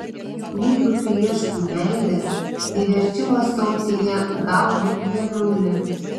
jeigu tu ieškai meilės tai verčiau ąsotyje gaudyk mėnulį